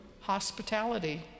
hospitality